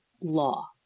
law